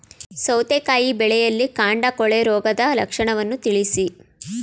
ಸೌತೆಕಾಯಿ ಬೆಳೆಯಲ್ಲಿ ಕಾಂಡ ಕೊಳೆ ರೋಗದ ಲಕ್ಷಣವನ್ನು ತಿಳಿಸಿ?